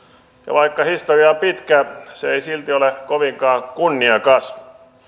vaikka historia on pitkä se ei silti ole kovinkaan kunniakas